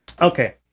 okay